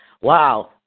Wow